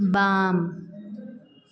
बाम